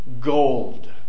gold